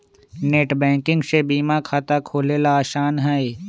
net banking से बीमा खाता खोलेला आसान हई